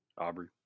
Aubrey